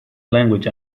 language